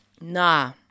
Nah